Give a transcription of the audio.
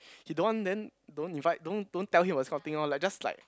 he don't want then don't invite don't don't tell him about this kind of thing lor like just like